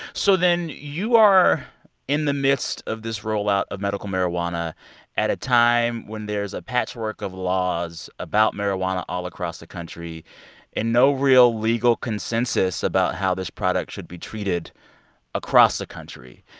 so then you are in the midst of this rollout of medical marijuana at a time when there's a patchwork of laws about marijuana all across the country and no real legal consensus about how this product should be treated across the country.